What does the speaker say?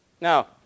Now